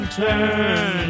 turn